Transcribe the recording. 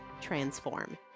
transform